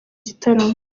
gitaramo